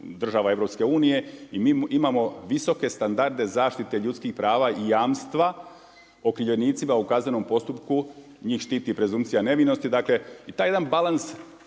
država EU i mi imamo visoke standarde zaštite ljudskih prava i jamstva okrivljenicima u kaznenom postupku, njih štiti presumpcija nevinosti i taj jedan balans